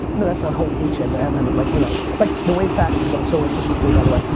you know that's not whole h and m and and like you know, like the way fashion got so interesting to me by the way,